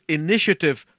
initiative